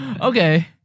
Okay